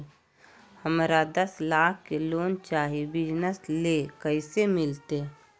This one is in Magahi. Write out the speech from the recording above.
हमरा दस लाख के लोन चाही बिजनस ले, कैसे मिलते?